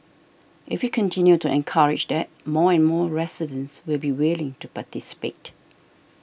if we continue to encourage that more and more residents will be willing to participate